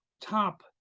top